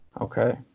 okay